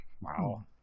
wow